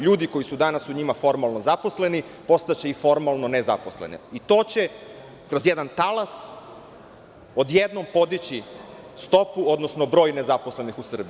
Ljudi koji su danas u njima formalno zaposleni postaće i formalno nezaposleni, i to će kroz jedan talas odjednom podići stopu, odnosno broj nezaposlenih u Srbiji.